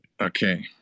Okay